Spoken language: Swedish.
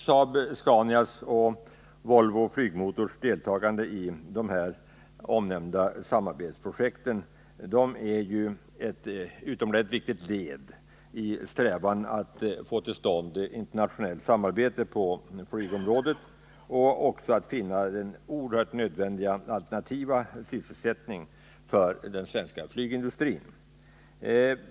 Saab-Scanias och Volvo Flygmotors deltagande i dessa omnämnda samarbetsprojekt är ju ett utomordentligt viktigt led i strävandena att få till stånd internationellt samarbete på flygområdet och att finna de oerhört nödvändiga alternativa sysselsättningarna för den svenska flygindustrin.